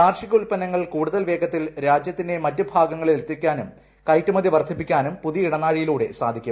കാർഷിക ഉത്പന്നങ്ങൾ കൂടുതൽ വേഗത്തിൽ രാജ്യത്തിന്റെ മറ്റു ഭാഗങ്ങളിൽ എത്തിക്കാനും കയറ്റുമതി വർധിപ്പിക്കാനും പുതിയ ഇടനാഴിയിലൂടെ സാധിക്കും